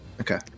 Okay